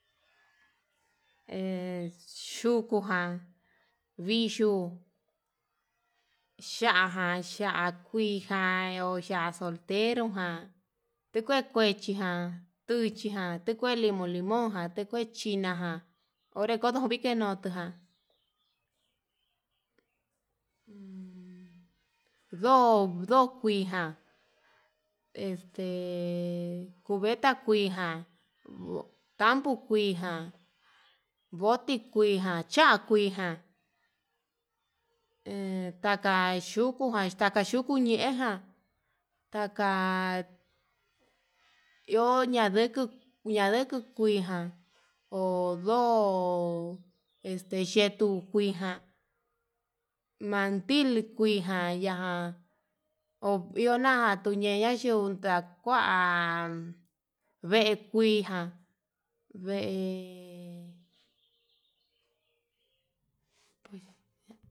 He chuyujan vixhuo ya'á jan ya'á kuiján, ha o ya'á soltero jan tukue kuechijan tuchijan tukue lima limón jan tukue chinajan, onre kono ndikenotujan ummm ndo ndokuijan este cubeta kuijan, tambo kuijan, boti kujan cha kuijan he taka yukujan taka yuku ñeján ñaka iho ña'a nduku ñande ku kuijan ho ndo este yetu kuijan, mantili kuijan ya ho iho ña'a tuñeye yiunda kua vee kuijan vee pues ya.